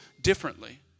differently